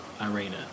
Irina